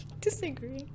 Disagree